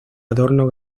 adorno